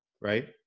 right